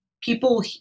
people